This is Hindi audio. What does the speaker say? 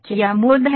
क्या मोड है